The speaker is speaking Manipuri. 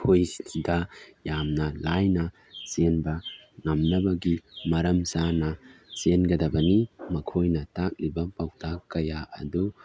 ꯑꯩꯈꯣꯏꯗ ꯌꯥꯝꯅ ꯂꯥꯏꯅ ꯆꯦꯟꯕ ꯉꯝꯅꯕꯒꯤ ꯃꯔꯝ ꯆꯥꯅ ꯆꯦꯟꯒꯗꯕꯅꯤ ꯃꯈꯣꯏꯅ ꯇꯥꯛꯂꯤꯕ ꯄꯥꯎꯇꯥꯛ ꯀꯌꯥ ꯑꯗꯨ